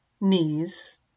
knees